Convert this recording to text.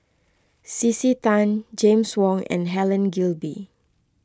C C Tan James Wong and Helen Gilbey